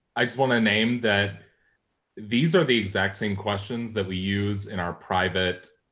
i just wanna name that these are the exact same questions that we use in our private